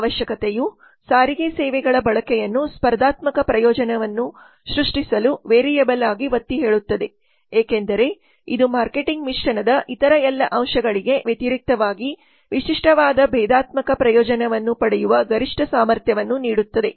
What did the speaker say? ಈ ಅವಶ್ಯಕತೆಯು ಸಾರಿಗೆ ಸೇವೆಗಳ ಬಳಕೆಯನ್ನು ಸ್ಪರ್ಧಾತ್ಮಕ ಪ್ರಯೋಜನವನ್ನು ಸೃಷ್ಟಿಸಲು ವೇರಿಯೇಬಲ್ ಆಗಿ ಒತ್ತಿಹೇಳುತ್ತದೆ ಏಕೆಂದರೆ ಇದು ಮಾರ್ಕೆಟಿಂಗ್ ಮಿಶ್ರಣದ ಇತರ ಎಲ್ಲ ಅಂಶಗಳಿಗೆ ವ್ಯತಿರಿಕ್ತವಾಗಿ ವಿಶಿಷ್ಟವಾದ ಭೇದಾತ್ಮಕ ಪ್ರಯೋಜನವನ್ನು ಪಡೆಯುವ ಗರಿಷ್ಠ ಸಾಮರ್ಥ್ಯವನ್ನು ನೀಡುತ್ತದೆ